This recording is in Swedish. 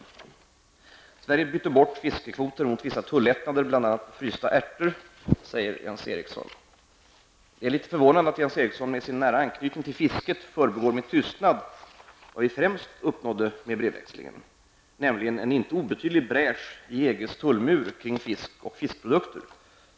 Jens Eriksson säger att Sverige bytte bort fiskekvoter mot vissa tullättnader, bl.a. på frysta ärter. Det är litet förvånande att Jens Eriksson, med sin nära anknytning till fisket, förbigår med tystnad vad vi främst uppnådde med brevväxlingen, nämligen en inte obetydlig bräsch i EGs tullmur kring fisk och fiskprodukter.